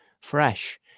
fresh